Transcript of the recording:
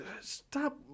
stop